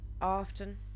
often